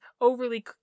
overly